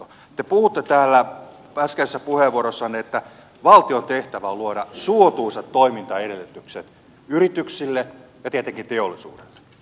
te puhuitte täällä äskeisessä puheenvuorossanne että valtion tehtävä on luoda suotuisat toimintaedellytykset yrityksille ja tietenkin teollisuudelle